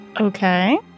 Okay